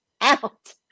out